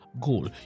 goal